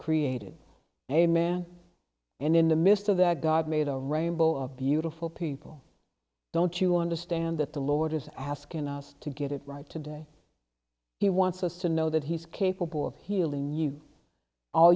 created a man and in the midst of that god made a rainbow of beautiful people don't you understand that the lord is asking us to get it right today he wants us to know that he is capable of healing you all